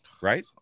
Right